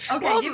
Okay